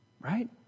Right